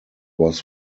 was